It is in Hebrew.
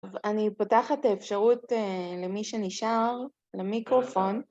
אני פותחת את האפשרות למי שנשאר למיקרופון